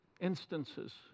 instances